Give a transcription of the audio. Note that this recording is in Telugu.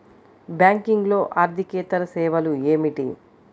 బ్యాంకింగ్లో అర్దికేతర సేవలు ఏమిటీ?